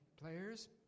players